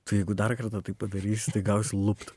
tu jeigu dar kartą taip padarysi tai gausi lupt